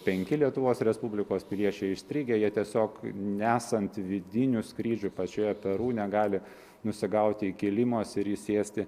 penki lietuvos respublikos piliečiai įstrigę jie tiesiog nesant vidinių skrydžių pačioje peru negali nusigauti iki limos ir įsėsti